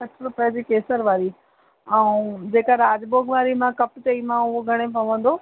सठि रुपए जी केसर वारी ऐं जेका राजभोग वारी मां कप चई मां उहे घणे पवंदो